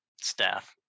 staff